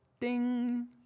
ding